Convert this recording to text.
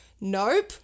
Nope